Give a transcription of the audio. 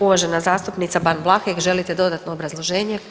Uvažena zastupnica Ban Vlahek, želite dodatno obrazloženje?